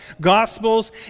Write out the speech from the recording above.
Gospels